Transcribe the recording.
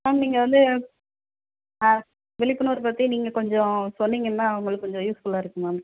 ma'am நீங்கள் வந்து ஆ விழிப்புணர்வு பற்றி நீங்கள் கொஞ்சம் சொன்னீங்கன்னா அவங்களுக்கு கொஞ்சோம் யூஸ்ஃபுல்லாக இருக்கும் மேம்